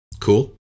Cool